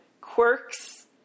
quirks